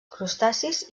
crustacis